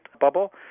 bubble